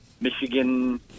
Michigan